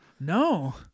No